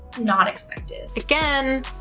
not expected. again,